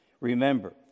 Remember